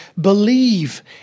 believe